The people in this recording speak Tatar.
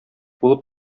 булып